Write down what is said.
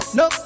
no